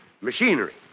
machinery